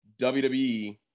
WWE